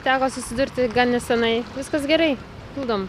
teko susidurti gan nesenai viskas gerai pildom